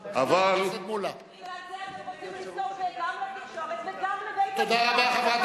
אבל, זו לא הוכחת נזק.